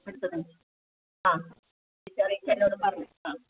അടുത്തത് ആ വിളിച്ചറിയിച്ച് എന്നോട് പറഞ്ഞോ ആ